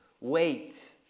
wait